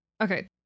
okay